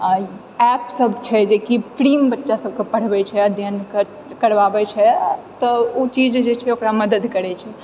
आ ऐपसभ छै जेकि फ्रीमऽ बच्चा सभके पढ़बैत छै अध्ययन करबाबैत छै तऽ ओ चीज जे छै ओकरा मदद करैत छै